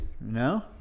no